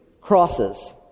crosses